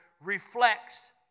reflects